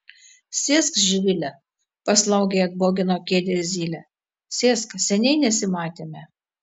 sėsk živile paslaugiai atbogino kėdę zylė sėsk seniai nesimatėme